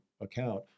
account